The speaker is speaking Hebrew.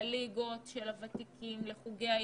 לליגות של הוותיקים, לחוגי הילדים,